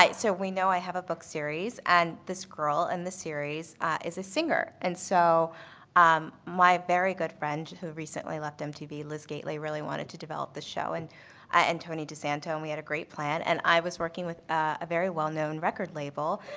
so we know i have a book series and this girl in the series is a singer. and so um my very good friend who recently left mtv, liz gately, really wanted to develop the show and and tony disanto and we had a great plan. and i was working with a very well known record label.